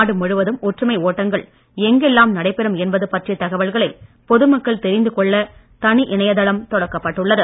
நாடு முழுவதும் ஒற்றுமை ஓட்டங்கள் எங்கெல்லாம் நடைபெறும் என்பது பற்றிய தகவல்களை பொதுமக்கள் தெரிந்து கொள்ள தனி இணையதளம் தொடக்கப்பட்டுள்ளது